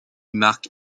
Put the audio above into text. marque